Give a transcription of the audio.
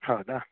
ಹೌದಾ